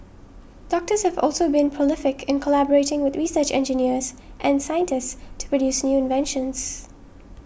doctors have also been prolific in collaborating with research engineers and scientists to produce new inventions